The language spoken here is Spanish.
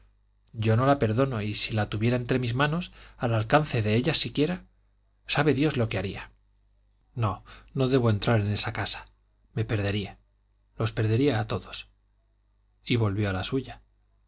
yo no la perdono y si la tuviera entre mis manos al alcance de ellas siquiera sabe dios lo que haría no no debo entrar en esa casa me perdería los perdería a todos y volvió a la suya